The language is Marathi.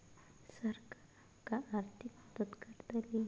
सरकार आमका आर्थिक मदत करतली?